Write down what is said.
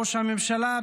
ראש הממשלה,